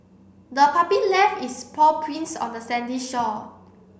the puppy left its paw prints on the sandy shore